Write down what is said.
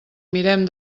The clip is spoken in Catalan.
mirem